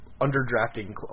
under-drafting